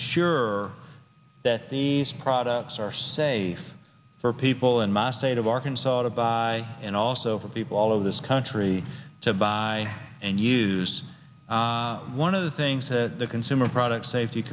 sure that these products are safe for people in my state of arkansas to buy and also for people all over this country to buy and use one of the things that the consumer product safety